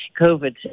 COVID